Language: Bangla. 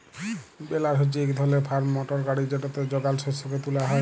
বেলার হছে ইক ধরলের ফার্ম মটর গাড়ি যেটতে যগাল শস্যকে তুলা হ্যয়